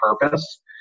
purpose